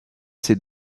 ces